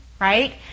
Right